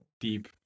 deep